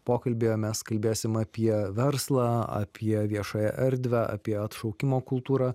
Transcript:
pokalbyje mes kalbėsim apie verslą apie viešąją erdvę apie atšaukimo kultūrą